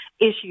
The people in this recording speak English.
issue